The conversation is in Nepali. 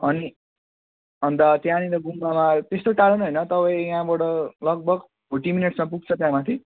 अनि अन्त त्यहाँनिर गुम्बामा त्यस्तो टाढो पनि होइन तपाईँ यहाँबाट लगभग फोट्टी मिनेट्समा पुग्छ त्यहाँ माथि